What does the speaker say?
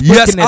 Yes